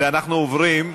ברשותכם,